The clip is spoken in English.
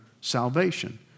salvation